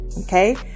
Okay